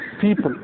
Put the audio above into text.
people